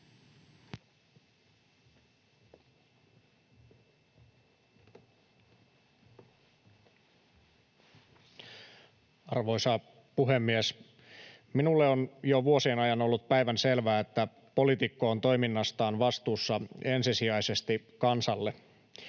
Arvoisa puhemies! Minulle on jo vuosien ajan ollut päivänselvää, että poliitikko on toiminnastaan vastuussa ensisijaisesti kansalle.